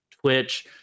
Twitch